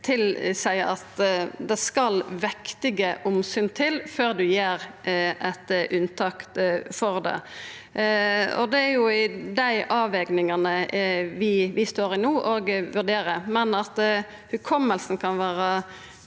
det skal vektige omsyn til før ein gjer eit unntak for det, og det er jo desse avvegingane vi står i no og vurderer. Men at hukommelsen kan vera